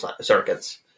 circuits